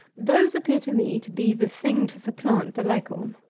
those appear to me to be the thing to supplant the leghorn.